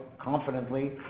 confidently